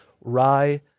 rye